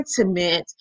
intimate